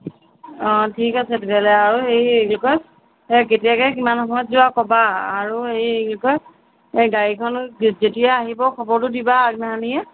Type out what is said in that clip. অ ঠিক আছে তেতিয়াহ'লে আৰু সেই কি কয় আ কেতিয়াকৈ কিমান সময়ত যোৱা ক'বা আৰু সেই কি কয় এই গাড়ীখনো যেতিয়া আহিব খবৰটো দিবা আগদিনাখনিয়ে